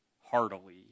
heartily